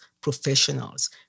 professionals